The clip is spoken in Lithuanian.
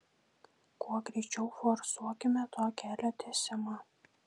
kuo greičiau forsuokime to kelio tiesimą